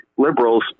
liberals